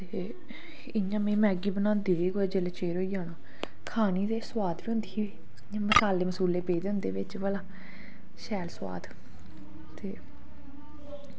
इंया में मैगी बनांदी ही जेल्लै में चिर होई जाना खानै गी सोआद बी होंदी ही मसाले पेदे होंदे बिच भला शैल सोआद ते